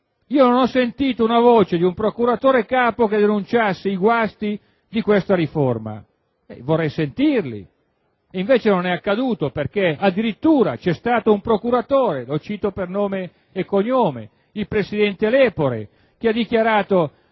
Io non ho sentito una voce di un procuratore capo che denunciasse i guasti di questa riforma. Vorrei sentirli. Invece non è accaduto e addirittura un procuratore, lo cito per nome, il presidente Lepore, ha dichiarato